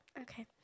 Okay